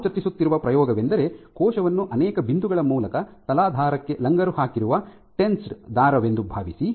ನಾವು ಚರ್ಚಿಸುತ್ತಿರುವ ಪ್ರಯೋಗವೆಂದರೆ ಕೋಶವನ್ನು ಅನೇಕ ಬಿಂದುಗಳ ಮೂಲಕ ತಲಾಧಾರಕ್ಕೆ ಲಂಗರು ಹಾಕಿರುವ ಟೆನ್ಸೆಡ್ ದಾರವೆಂದು ಭಾವಿಸಿ